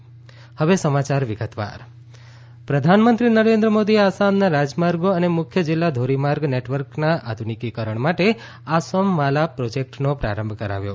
આસામ પ્રધાનમંત્રી પ્રધાનમંત્રી નરેન્દ્ર મોદીએ આસામના રાજમાર્ગો અને મુખ્ય જિલ્લા ધોરીમાર્ગ નેટવર્કના આધુનિકીકરણ માટે આસોમમાલા પ્રોજેક્ટનો પ્રારંભ કરાવ્યો